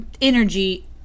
energy